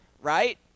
right